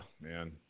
man